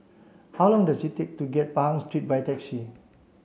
how long does it take to get to Pahang Street by taxi